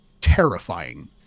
terrifying